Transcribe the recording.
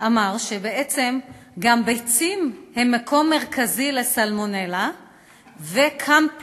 אמר שבעצם גם ביצים הן מקור מרכזי לסלמונלה וקמפילובקטר,